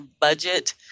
budget